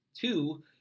two